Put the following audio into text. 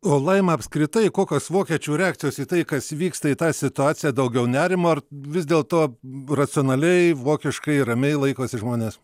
o laima apskritai kokios vokiečių reakcijos į tai kas vyksta į tą situaciją daugiau nerimo ar vis dėl to racionaliai vokiškai ramiai laikosi žmonės